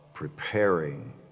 Preparing